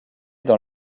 dans